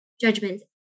judgments